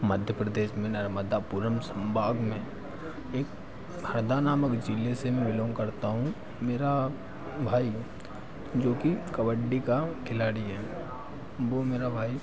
मध्य प्रदेश में नर्मदापुरम सम्भाग में एक हरदा नामक ज़िले से मैं बिलॉन्ग करता हूँ मेरा भाई जोकि कबड्डी का खिलाड़ी है वह मेरा भाई